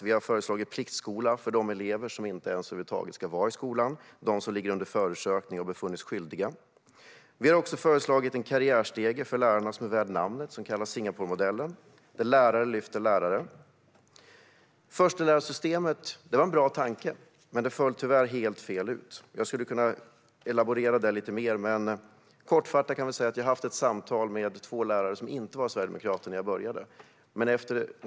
Vi har föreslagit pliktskola för de elever som över huvud taget inte ska vara i skolan, alltså de som är föremål för förundersökning och har befunnits skyldiga. Vi har också föreslagit en karriärstege värd namnet för lärarna - Singaporemodellen - där lärare lyfter lärare. Förstelärarsystemet var en bra tanke, men det föll tyvärr helt fel ut. Jag skulle kunna elaborera lite mer, men kortfattat kan vi säga att jag har haft samtal med två lärare som inte var sverigedemokrater i början av samtalet.